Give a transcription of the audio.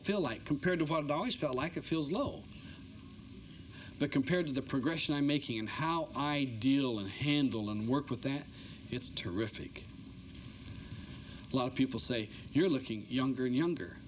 feel like compared to what always felt like it feels lol but compared to the progression i'm making and how i deal handle and work with that it's terrific a lot of people say you're looking younger and younger